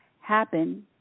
happen